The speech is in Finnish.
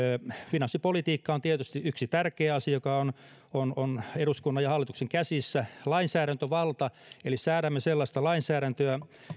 finanssipolitiikka on tietysti yksi tärkeä asia joka on on eduskunnan ja hallituksen käsissä lainsäädäntövalta eli säädämme sellaista lainsäädäntöä